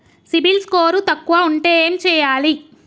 CIBIL score తక్కువ ఉంటే ఏం చేయాలి?